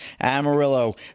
Amarillo